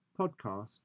Podcast